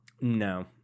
No